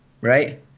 right